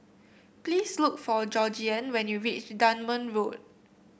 please look for Georgeann when you reach Dunman Road